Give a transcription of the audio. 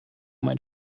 mein